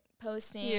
posting